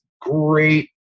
great